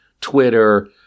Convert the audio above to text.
Twitter